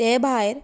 ते भायर